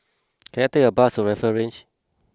can I take a bus to Rifle Range